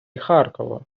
харкова